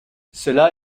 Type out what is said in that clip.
cela